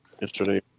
Yesterday